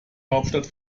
hauptstadt